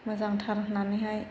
मोजांथार होननानैहाय